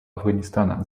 афганистана